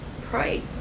pray